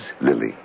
Lily